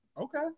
Okay